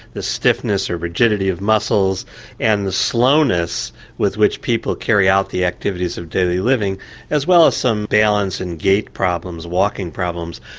the stiffness, or the rigidity of muscles and the slowness with which people carry out the activities of daily living as well as some balance and gait problems, walking problems.